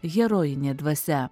herojinė dvasia